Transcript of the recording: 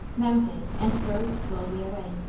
mounted, and drove slowly away.